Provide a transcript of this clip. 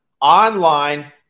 online